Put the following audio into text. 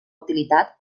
utilitat